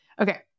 Okay